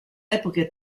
epoche